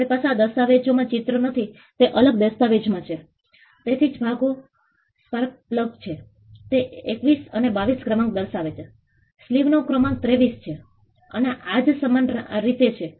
અમે આ સર્વેને વા જિલ્લામાં ચાર ગામોમાં પશ્ચિમ જિલ્લાના ચિયાનાગા બેંકપમા ઝુવેલી અને બાલોવાફિલીમાં હાથ ધર્યો છે